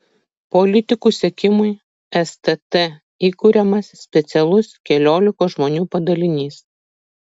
politikų sekimui stt įkuriamas specialus keliolikos žmonių padalinys